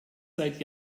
seit